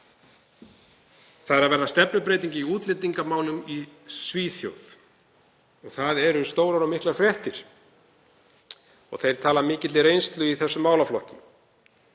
Það er að verða stefnubreyting í útlendingamálum í Svíþjóð. Það eru stórar og miklar fréttir og þeir tala af mikilli reynslu í þessum málaflokki.